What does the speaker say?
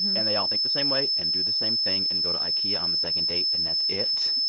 and they all think the same way and do the same thing and go to ikea on the second date, and that's it